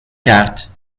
کرد